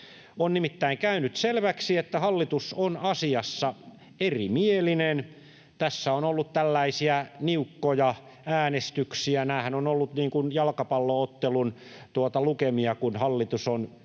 On nimittäin käynyt selväksi, että hallitus on asiassa erimielinen. Tässä on ollut tällaisia niukkoja äänestyksiä. Nämähän ovat olleet niin kuin jalkapallo-ottelun lukemia, kun hallitus on päättänyt,